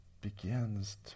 begins